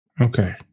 Okay